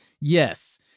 Yes